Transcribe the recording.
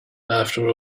after